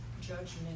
judgment